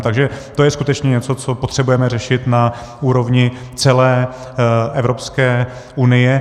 Takže to je skutečně něco, co potřebujeme řešit na úrovni celé Evropské unie.